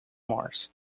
mars